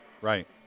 Right